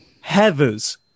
Heather's